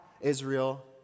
Israel